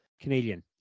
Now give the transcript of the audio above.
Canadian